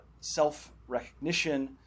self-recognition